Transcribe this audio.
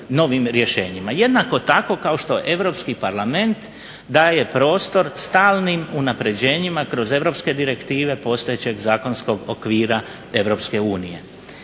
Jednako tako kao što europski parlament daje prostor stalnim unapređenjima kroz europske direktive postojećeg zakonskog okvira EU. Mislim da je